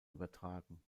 übertragen